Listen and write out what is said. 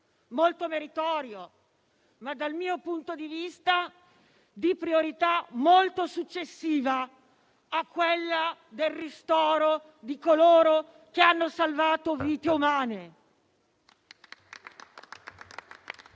molto meritoria ma dal mio punto di vista di priorità molto successiva a quella del ristoro di coloro che hanno salvato vite umane.